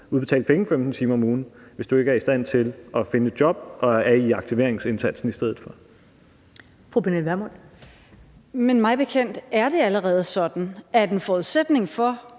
udbetalt penge for 15 timer om ugen, hvis du ikke er i stand til at finde et job og er i aktiveringsindsatsen i stedet for. Kl. 14:12 Første næstformand (Karen Ellemann):